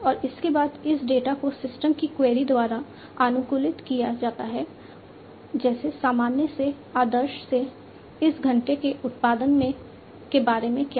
और उसके बाद इस डेटा को सिस्टम की क्वेरी द्वारा अनुकूलित किया जाता है जैसे सामान्य से आदर्श से इस घंटे के उत्पादन के बारे में क्या